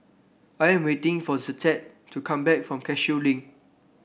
I am waiting for Zettie to come back from Cashew Link